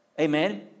Amen